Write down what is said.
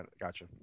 gotcha